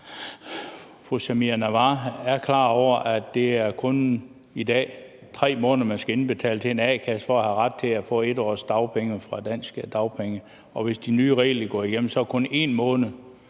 fru Samira Nawa er klar over, at det i dag kun er 3 måneder, man skal indbetale til en a-kasse for at have ret til at få 1 års dagpenge i Danmark. Og hvis de nye regler går igennem, er det kun 1 måned,